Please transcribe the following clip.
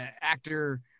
actor